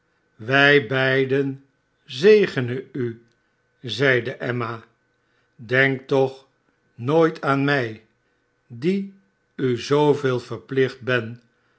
wij beiden zegenen u zeide emma denk toch nooit aan mij die u zooveel verphcht ben